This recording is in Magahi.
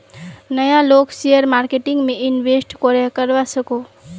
नय लोग शेयर मार्केटिंग में इंवेस्ट करे करवा सकोहो?